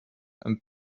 and